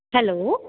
hello